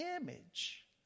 image